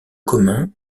communs